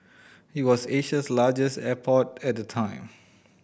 it was Asia's largest airport at the time